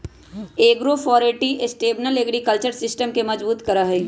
agroforestry sustainable agriculture system के मजबूत करा हई